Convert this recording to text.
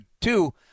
two